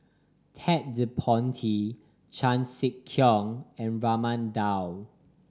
Ted De Ponti Chan Sek Keong and Raman Daud